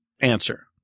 answer